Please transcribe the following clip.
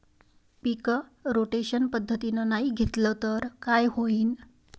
पीक rotation पद्धतीनं नाही घेतलं तर काय होईन?